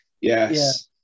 yes